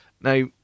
Now